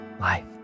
life